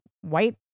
white